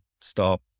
stop